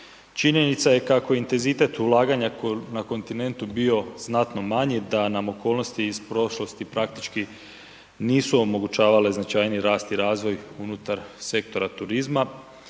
Činjenica je kako intenzitet ulaganja na kontinentu je bio znatno manji da nam okolnosti iz prošlosti praktički nisu omogućavale značajni rast i razvoj unutar sektora turizma.